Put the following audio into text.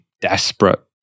desperate